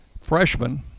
freshman